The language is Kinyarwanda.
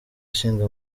ishinga